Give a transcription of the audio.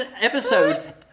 episode